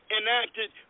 enacted